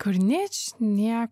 kur nič nieko